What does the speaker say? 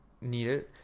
needed